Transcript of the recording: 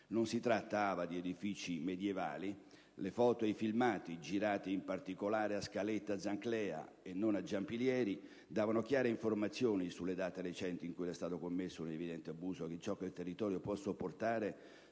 Non si trattava di edifici medievali: le foto e i filmati girati, in particolare a Scaletta Zanclea, e non a Giampilieri, davano chiare informazioni sulle date recenti in cui era stato commesso un evidente abuso, andando oltre ciò che il territorio può sopportare